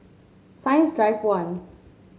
Science Drive One